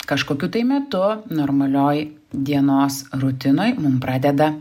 kažkokiu tai metu normalioj dienos rutinoj mum pradeda